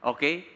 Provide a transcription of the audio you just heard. Okay